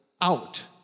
out